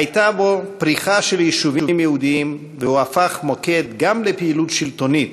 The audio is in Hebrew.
הייתה בו פריחה של יישובים יהודיים והוא הפך מוקד גם לפעילות שלטונית,